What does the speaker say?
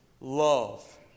love